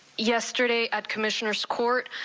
yesterday at commissioner's court,